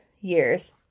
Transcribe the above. years